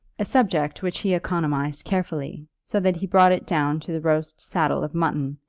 a subject which he economized carefully, so that he brought it down to the roast saddle of mutton,